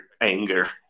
anger